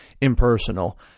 impersonal